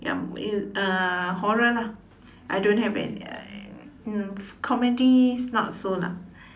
ya uh horror lah I don't have uh um comedy not so lah